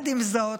עם זאת,